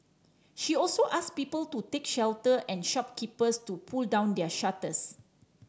she also asked people to take shelter and shopkeepers to pull down their shutters